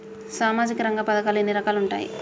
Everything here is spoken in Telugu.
సామాజిక రంగ పథకాలు ఎన్ని రకాలుగా ఉంటాయి?